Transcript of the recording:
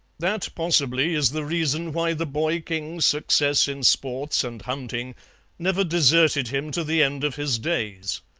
that possibly is the reason why the boy-king's success in sports and hunting never deserted him to the end of his days,